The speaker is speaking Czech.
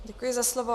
Děkuji za slovo.